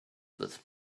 with